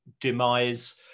demise